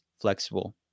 flexible